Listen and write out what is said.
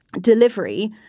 delivery